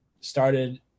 started